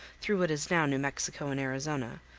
through what is now new mexico and arizona,